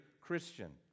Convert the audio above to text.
Christian